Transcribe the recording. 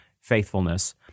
faithfulness